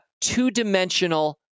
two-dimensional